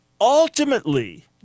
Ultimately